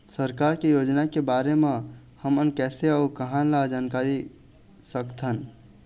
सरकार के योजना के बारे म हमन कैसे अऊ कहां ल जानकारी सकथन?